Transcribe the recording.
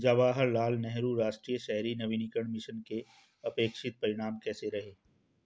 जवाहरलाल नेहरू राष्ट्रीय शहरी नवीकरण मिशन के अपेक्षित परिणाम कैसे रहे?